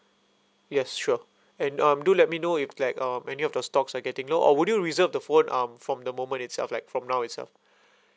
yes sure and um do let me know if like um any of the stocks are getting low or would you reserve the phone um from the moment itself like from now itself